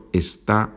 está